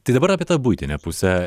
tai dabar apie tą buitinę pusę